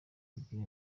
kugira